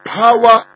power